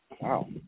Wow